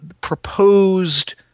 proposed